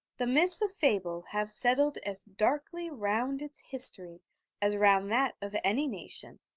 the mists of fable have settled as darkly round its history as round that of any nation,